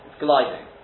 gliding